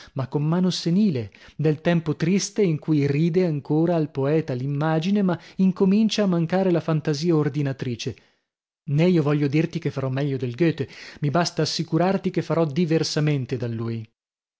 ma con mano senile del tempo triste in cui ride ancora al poeta l'immagine ma incomincia a mancare la fantasia ordinatrice nè io voglio dirti che farò meglio del goethe mi basta assicurarti che farò diversamente da lui